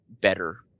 better